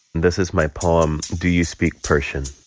this is my poem do you speak persian?